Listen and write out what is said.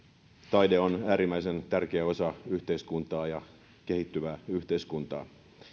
taide on äärimmäisen tärkeä osa yhteiskuntaa ja kehittyvää yhteiskuntaa